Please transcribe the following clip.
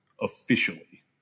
officially